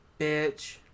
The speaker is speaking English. Bitch